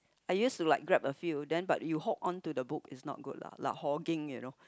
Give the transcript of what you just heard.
I used to like grab a few but you hold on to the book is not good lah like hogging you know